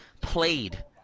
played